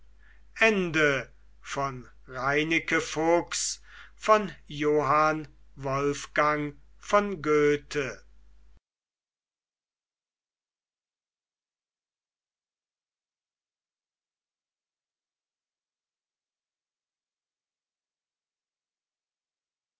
by johann wolfgang von goethe